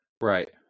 Right